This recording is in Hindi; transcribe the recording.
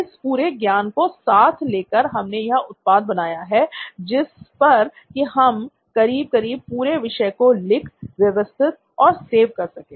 इस पूरे ज्ञान को साथ लेकर हमने ये उत्पाद बनाया है जिस पर कि हम करीब करीब पूरे विषय को लिख व्यवस्थित और सेव कर सकते हैं